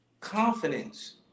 Confidence